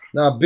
Now